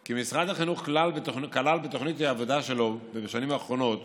כי משרד החינוך כלל בתוכניות העבודה שלו בשנים האחרונות